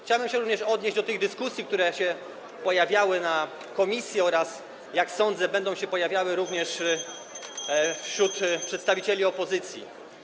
Chciałbym się również odnieść do dyskusji, które się pojawiały na posiedzeniu komisji, oraz, jak sądzę, będą się pojawiały również wśród przedstawicieli opozycji.